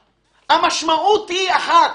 המשמעות היא אחת,